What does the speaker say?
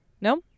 No